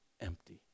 empty